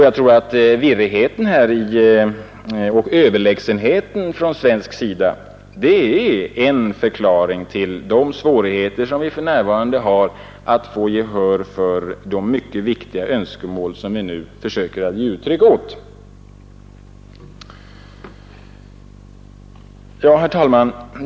Jag tror att virrigheten och överlägsenheten från svensk sida är en förklaring till de svårigheter vi för närvarande har att få gehör för de mycket viktiga önskemål som vi nu försöker ge uttryck åt. Herr talman!